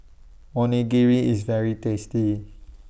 Onigiri IS very tasty